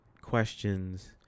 questions